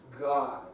God